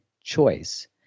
choice